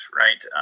right